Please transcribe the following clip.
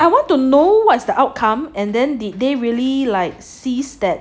I want to know what's the outcome and then did they really like sees that